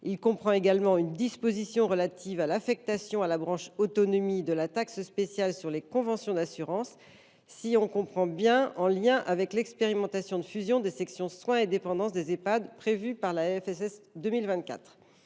nous entendons bien, une disposition relative à l’affectation à la branche autonomie de la taxe spéciale sur les conventions d’assurances (TSCA), en lien avec l’expérimentation de la fusion des sections soins et dépendance des Ehpad prévue dans la LFSS 2024.